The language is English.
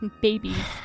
babies